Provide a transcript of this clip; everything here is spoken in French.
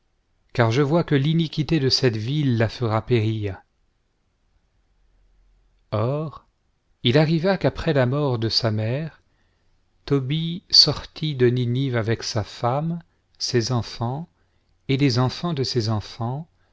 car je vois que l'iniquité de cette ville la fera périr or il arriva qu'après la mort de sa mère tobie sortit de ninive avec su femme ses enfants et les enfants do ses enfants